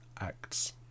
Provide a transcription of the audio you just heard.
Acts